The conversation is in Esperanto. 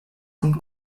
kun